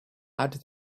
add